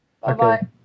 Bye-bye